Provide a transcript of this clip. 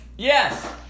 Yes